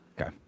Okay